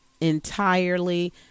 entirely